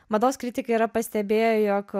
mados kritikai yra pastebėję jog